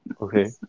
Okay